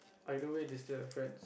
either way they still have friends